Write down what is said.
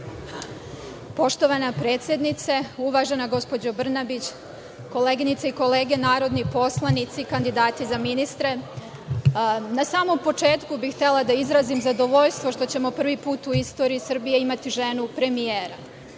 Poštovana predsednice, uvažena gospođo Brnabić, koleginice i kolege narodni poslanici, kandidati za ministre, na samom početku bih htela da izrazim zadovoljstvo što ćemo prvi put u istoriji Srbije imati ženu premijera.